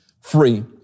free